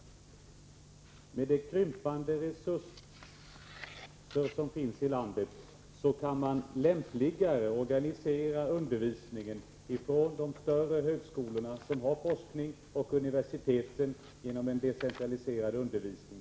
Med de krympande resurserna i landet kan man lämpligare organisera undervisningen ifrån de större högskolorna och universiteten som har forskning genom en decentraliserad undervisning.